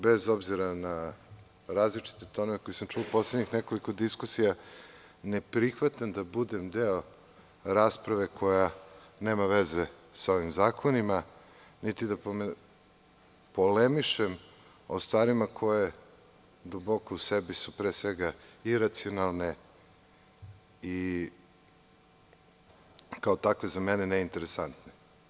Bez obzira na različite tonove koje sam čuo u poslednjih nekoliko diskusija, ne prihvatam da budem deo rasprave koja nema veze sa ovim zakonima, niti da polemišem o stvarima koje duboko u sebi su pre svega iracionalne i kao takve za mene neinteresantne.